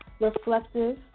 reflective